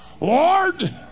Lord